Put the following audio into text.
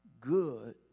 good